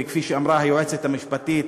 וכפי שאמרה היועצת המשפטית